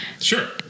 Sure